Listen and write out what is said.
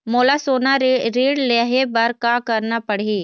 मोला सोना ऋण लहे बर का करना पड़ही?